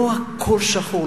שלא הכול שחור,